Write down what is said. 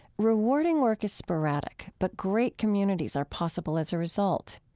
rewarding work is sporadic. but great communities are possible as a result.